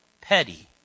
petty